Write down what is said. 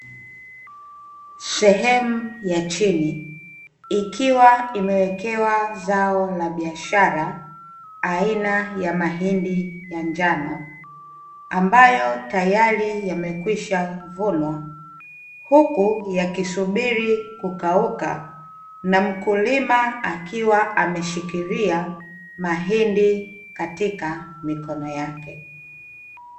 Sehemu ya chini, ikiwa imewekewa zao la biashara aina ya mahindi ya njano ambayo tayari yamekwishavunwa, huku yakisubiri kukauka na mkulima akiwa ameshikilia mahindi katika mikono yake.